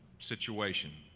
situation,